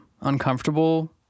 uncomfortable